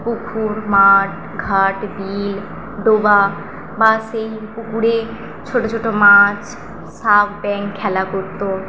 পুকুর মাঠঘাট বিল ডোবা বা সেই পুকুরেই ছোটো ছোটো মাছ সাপ ব্যাঙ খেলা করতো